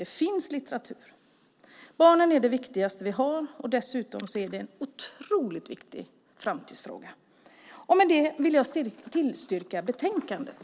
Det finns litteratur. Barnen är, som sagt, det viktigaste vi har. Dessutom är det här en otroligt viktig framtidsfråga. Med detta tillstyrker jag förslaget i betänkandet.